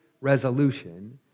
resolution